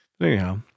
Anyhow